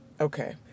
okay